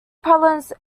problems